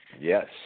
Yes